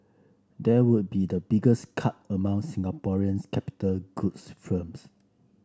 that would be the biggest cut among Singaporeans capital goods firms